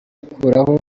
gukuraho